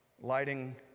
lighting